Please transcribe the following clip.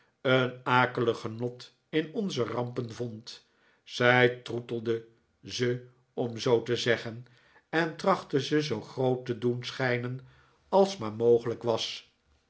een akelig genot in onze rampen vond zij troetelde ze om zoo te zeggen en trachtte ze zoo groot te doen schijnen als maar mogelijk was